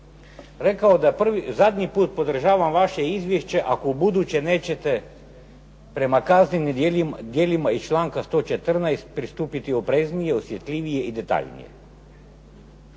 rekao da zadnji put podržavam vaše izvješće ako ubuduće nećete prema kaznenim djelima iz članka 114. pristupiti opreznije, osjetljivije i detaljnije.